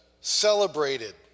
celebrated